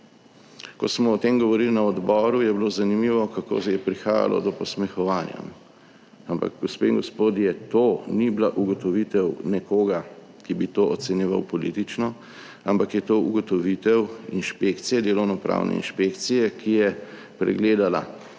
Ko smo o tem govorili na odboru, je bilo zanimivo, kako je prihajalo do posmehovanja, ampak gospe in gospodje, to ni bila ugotovitev nekoga, ki bi to ocenjeval politično, ampak je to ugotovitev inšpekcije, delovno pravne inšpekcije, ki je pregledala